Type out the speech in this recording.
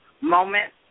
moment